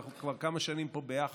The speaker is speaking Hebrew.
אנחנו כבר כמה שנים פה ביחד.